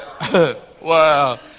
Wow